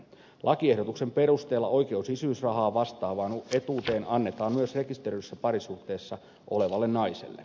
lakiehdotuksen perusteella oikeus isyysrahaa vastaavaan etuuteen annetaan myös rekisteröidyssä parisuhteessa olevalle naiselle